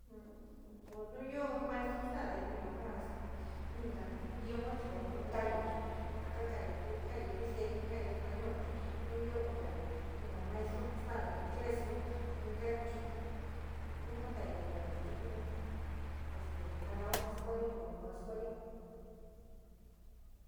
Pos nu yoo in maestro sta´ade nuuyo ja inka ja dioma chi xaa kundayo chi ja ka´ayo ku kaayo mixteku ku kayo español te un io inka maestro ja sta´ade ingles un inka tipo, un jatainio tipo este palabra ja skua´ayo te va skuayo.